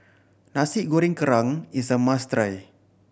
Nasi Goreng Kerang is a must try